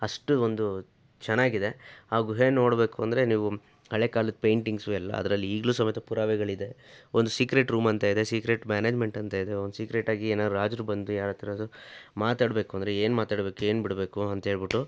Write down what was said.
ಅಷ್ಟು ಒಂದು ಚೆನ್ನಾಗಿದೆ ಆ ಗುಹೆನ ನೋಡಬೇಕು ಅಂದರೆ ನೀವು ಹಳೆ ಕಾಲದ ಪೈಂಟಿಂಗ್ಸು ಎಲ್ಲ ಅದ್ರಲ್ಲಿ ಈಗಲೂ ಸಮೇತ ಪುರಾವೆಗಳಿದೆ ಒಂದು ಸೀಕ್ರೆಟ್ ರೂಮ್ ಅಂತ ಇದೆ ಸೀಕ್ರೆಟ್ ಮ್ಯಾನೇಜ್ಮೆಂಟ್ ಅಂತ ಇದೆ ಒಂದು ಸೀಕ್ರೆಟ್ ಆಗಿ ಏನೊ ರಾಜರು ಬಂದು ಯಾರತ್ರ ಆದರು ಮಾತಾಡಬೇಕು ಅಂದರೆ ಏನು ಮಾತಾಡಬೇಕು ಏನು ಬಿಡಬೇಕು ಅಂತ್ಹೇಳಿಬಿಟ್ಟು